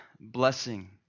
blessing